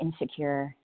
insecure